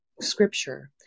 scripture